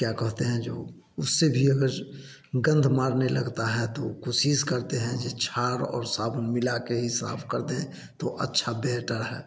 क्या कहते हैं जो उससे भी अगर गंध मारने लगता है तो कोशिश करते हैं जे छार और साबुन मिला के ही साफ़ कर दे तो अच्छा बेटर है